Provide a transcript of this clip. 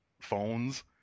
phones